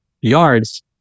yards